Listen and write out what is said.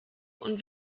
und